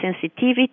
sensitivity